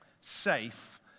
safe